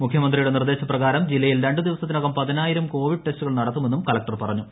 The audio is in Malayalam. മുഖ്യമന്ത്രിയുടെ നിർദ്ദേശ പ്രകാരം ജില്ലയിൽ രണ്ടുദിവസത്തിനകം പതിനായിരം കോവിഡ് ടെസ്റ്റുകൾ നടത്തുമെന്നും കളക്ടർ പറഞ്ഞു